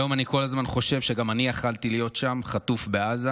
היום אני כל הזמן חושב שגם אני יכולתי להיות שם חטוף בעזה.